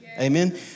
amen